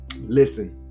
Listen